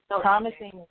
promising